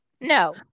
No